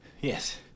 Yes